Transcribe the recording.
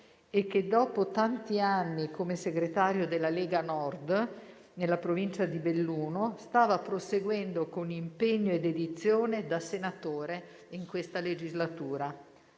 e che dopo tanti anni come segretario della Lega Nord nella provincia di Belluno stava proseguendo con impegno e dedizione da senatore in questa legislatura.